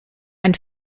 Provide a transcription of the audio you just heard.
ein